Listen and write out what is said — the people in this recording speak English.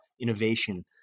innovation